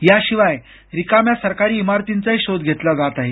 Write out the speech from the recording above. याशिवाय रिकाम्या सरकारी इमारतींचाही शोध घेतला जात आहे